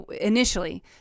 initially